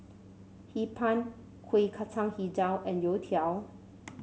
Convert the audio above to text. Hee Pan Kuih Kacang hijau and youtiao